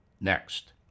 next